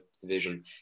division